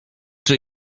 czy